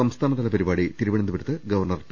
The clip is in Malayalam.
സംസ്ഥാനതല പരിപാടി തിരുവനന്തപു രത്ത് ഗവർണർ പി